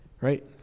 Right